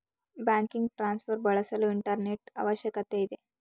banking transfer ಬಳಸಲು internet ಅವಶ್ಯಕತೆ ಇದೆ